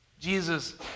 Jesus